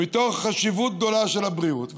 מתוך החשיבות הגדולה של הבריאות,